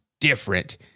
different